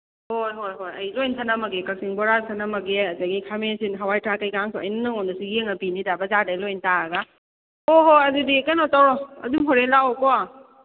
ꯍꯣꯏ ꯍꯣꯏ ꯍꯣꯏ ꯑꯩ ꯂꯣꯏ ꯊꯅꯝꯃꯒꯦ ꯀꯛꯆꯤꯡ ꯕꯣꯔꯥ ꯊꯅꯝꯃꯒꯦ ꯑꯗꯒꯤ ꯈꯥꯃꯦꯟ ꯑꯁꯤꯟ ꯍꯋꯥꯏ ꯊ꯭ꯔꯥꯛ ꯀꯩ ꯀꯥꯡꯁꯨ ꯑꯩꯅ ꯅꯉꯣꯟꯗ ꯄꯤꯒꯦꯅ ꯄꯤꯝꯅꯤꯗ ꯕꯖꯥꯔꯗꯩ ꯂꯣꯏ ꯇꯥꯔꯒ ꯍꯣꯍꯣ ꯑꯗꯨꯗꯤ ꯀꯩꯅꯣ ꯇꯧꯔꯣ ꯑꯗꯨ ꯍꯣꯔꯦꯟ ꯂꯥꯛꯑꯣꯀꯣ